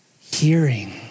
Hearing